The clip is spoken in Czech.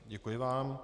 Děkuji vám.